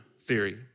theory